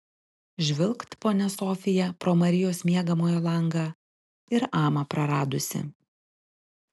žvilgt ponia sofija pro marijos miegamojo langą ir amą praradusi